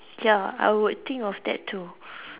ya I would think of that too